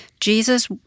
Jesus